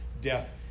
death